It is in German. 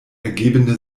ergebende